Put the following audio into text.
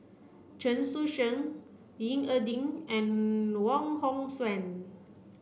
Chen Sucheng Ying E Ding and Wong Hong Suen